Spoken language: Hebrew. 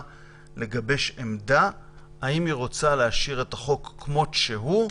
לגבש בהן עמדה האם היא רוצה להשאיר את החוק כמות שהוא,